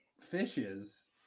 fishes